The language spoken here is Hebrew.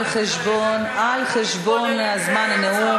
על חשבון זמן הנאום.